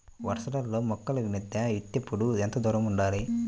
వరసలలో మొక్కల మధ్య విత్తేప్పుడు ఎంతదూరం ఉండాలి?